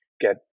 get